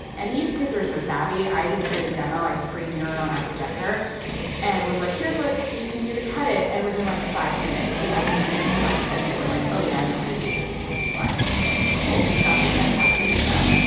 and these kids are so savvy. i just did a demo. i screen-mirrored on our projector and was like, here's what you can do to cut it. and within, like, five minutes, we had some sample clips. and they were like, oh, yeah, i know how to do this. this will be fine. and so i said, cool we've got the tech part figured out